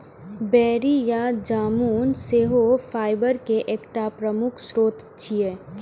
बेरी या जामुन सेहो फाइबर के एकटा प्रमुख स्रोत छियै